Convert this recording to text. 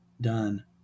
done